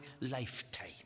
lifetime